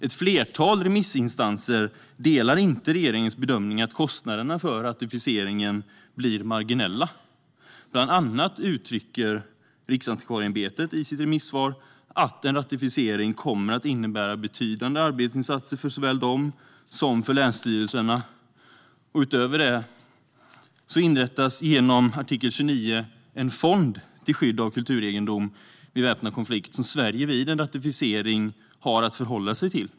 Ett flertal remissinstanser delar inte regeringens bedömning att kostnaderna för ratificeringen blir marginella. Bland annat uttrycker Riksantikvarieämbetet i sitt remissvar att en ratificering kommer att innebära betydande arbetsinsatser såväl för dem som för länsstyrelserna. Utöver detta inrättas genom artikel 29 en fond till skydd av kulturegendom vid väpnad konflikt som Sverige vid en ratificering har att förhålla sig till.